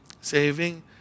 saving